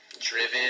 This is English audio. driven